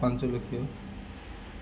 ପାଞ୍ଚ ଲକ୍ଷ